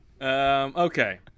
Okay